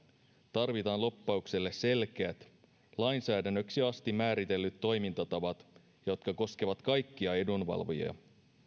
tarvitaan lobbaukselle selkeät lainsäädännöksi asti määritellyt toimintatavat jotka koskevat kaikkia edunvalvojia